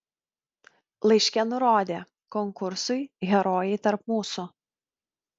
laiške nurodė konkursui herojai tarp mūsų